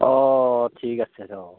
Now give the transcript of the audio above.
অ' ঠিক আছে অ'